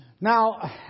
Now